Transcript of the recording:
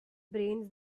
brains